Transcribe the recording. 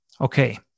Okay